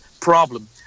problem